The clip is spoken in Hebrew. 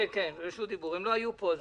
אכן, כי הם לא היו פה.